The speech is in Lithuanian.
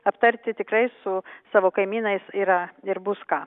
aptarti tikrai su savo kaimynais yra ir bus ką